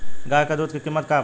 गाय के दूध के कीमत केतना बा?